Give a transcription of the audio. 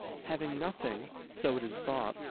having nothing, so it is thought,